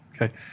Okay